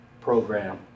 program